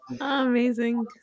amazing